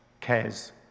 cares